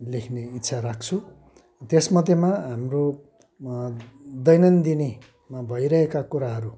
लेख्ने इच्छा राख्छु त्यसमध्येमा हाम्रो दैनन्दिनमा भइरहेका कुराहरू